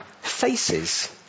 faces